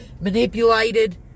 manipulated